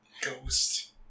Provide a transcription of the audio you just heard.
Ghost